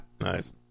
Nice